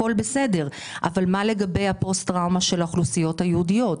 אבל מה לגבי הפוסט טראומה של האוכלוסיות היהודיות?